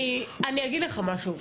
אני אגיד לך משהו,